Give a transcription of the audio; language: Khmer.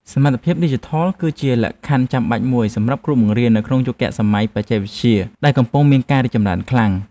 សមត្ថភាពឌីជីថលគឺជាលក្ខខណ្ឌចាំបាច់មួយសម្រាប់គ្រូបង្រៀននៅក្នុងយុគសម័យបច្ចេកវិទ្យាដែលកំពុងមានការរីកចម្រើនខ្លាំង។